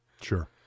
Sure